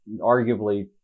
arguably